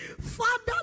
Father